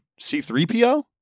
C3PO